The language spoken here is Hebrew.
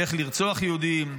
איך לרצוח יהודים,